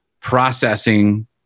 processing